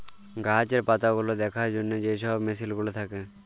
গাহাচের পাতাগুলা দ্যাখার জ্যনহে যে ছব মেসিল গুলা থ্যাকে